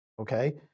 Okay